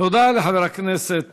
תודה לחבר הכנסת